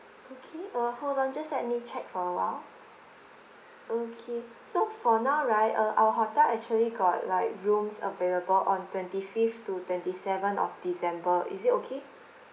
okay uh hold on just let me check for a while okay so for now right uh our hotel actually got like rooms available on twenty fifth to twenty seventh of december is it okay